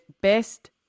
Best